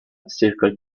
circle